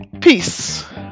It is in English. Peace